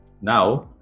now